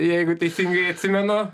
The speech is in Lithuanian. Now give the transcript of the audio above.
jeigu teisingai atsimenu